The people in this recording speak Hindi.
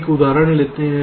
एक उदाहरण लेते हैं